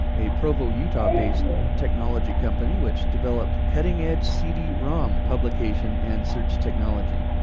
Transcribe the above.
a provo, utah based technology company, which developed cutting edge cd rom publication and search technology.